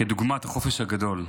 כדוגמת החופש הגדול.